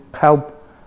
help